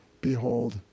behold